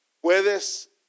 Puedes